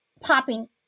popping